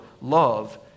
love